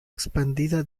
expandida